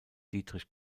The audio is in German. dietrich